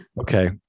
okay